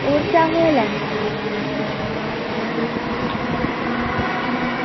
होर क्या हाल ऐ